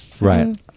Right